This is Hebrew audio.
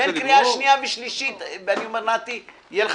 בהכנה לקריאה השנייה והשלישית תהיה לך